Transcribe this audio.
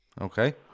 Okay